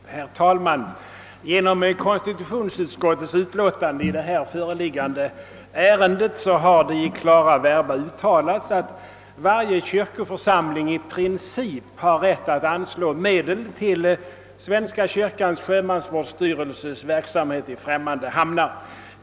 Herr talman! Genom konstitutionsut skottets utlåtande i förevarande ärende har det i klara verba uttalats att varje kyrkoförsamling i princip har rätt att anslå medel till svenska kyrkans sjömansvårdsstyrelses verksamhet i främmande hamnar.